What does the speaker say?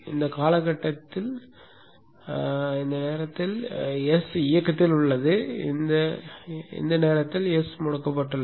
இந்த காலகட்டத்தில் S இயக்கத்தில் உள்ளது இந்த காலகட்டத்தில் S முடக்கப்பட்டுள்ளது